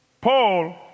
Paul